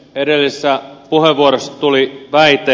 edellisessä puheenvuorossa tuli väite